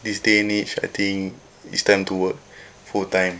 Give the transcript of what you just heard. this day and age I think it's time to work full time